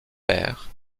paire